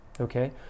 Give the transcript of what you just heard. Okay